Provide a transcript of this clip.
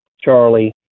Charlie